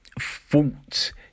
fault